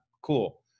Cool